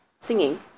singing